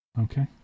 Okay